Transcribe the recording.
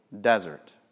desert